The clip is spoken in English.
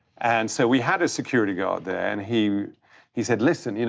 and so we had a security guard there and he he said, listen, you know,